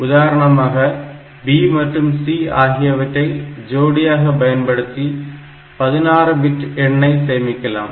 உதாரணமாக B மற்றும் C ஆகியவற்றை ஜோடியாக பயன்படுத்தி 16 பிட் எண்ணை சேமிக்கலாம்